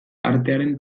artearen